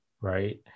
right